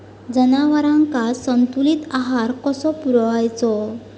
जनावरांका संतुलित आहार कसो पुरवायचो?